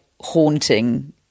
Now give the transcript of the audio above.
haunting